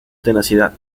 tenacidad